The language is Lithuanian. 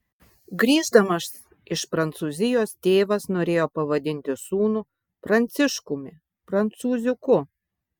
grįždamas iš prancūzijos tėvas norėjo pavadinti sūnų pranciškumi prancūziuku